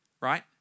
Right